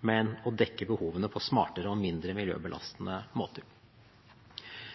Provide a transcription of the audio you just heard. men å dekke behovene på smartere og mindre miljøbelastende måter.